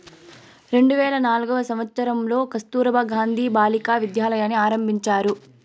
రెండు వేల నాల్గవ సంవచ్చరంలో కస్తుర్బా గాంధీ బాలికా విద్యాలయని ఆరంభించారు